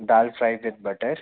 dal fry with butter